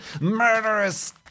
Murderous